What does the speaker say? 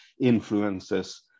influences